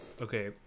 Okay